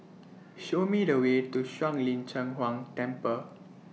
Show Me The Way to Shuang Lin Cheng Huang Temple